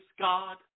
God